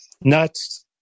nuts